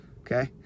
okay